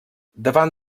davant